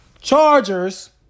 Chargers